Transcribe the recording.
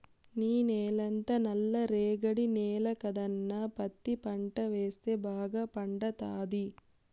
నీ నేలంతా నల్ల రేగడి నేల కదన్నా పత్తి పంట వేస్తే బాగా పండతాది